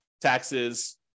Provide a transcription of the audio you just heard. taxes